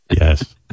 Yes